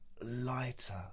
lighter